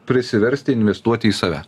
prisiversti investuoti į save